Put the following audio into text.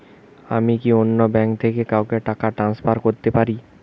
আমি কি অন্য ব্যাঙ্ক থেকে কাউকে টাকা ট্রান্সফার করতে পারি?